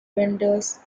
vendors